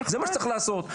זה מה שצריך לעשות.